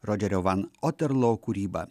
rodžerio van otterloo kūryba